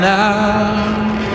now